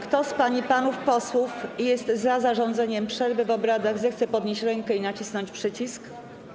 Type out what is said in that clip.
Kto z pań i panów posłów jest za zarządzeniem przerwy w obradach, zechce podnieść rękę i nacisnąć przycisk.